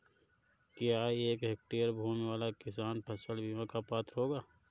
क्या एक हेक्टेयर भूमि वाला किसान फसल बीमा का पात्र होगा?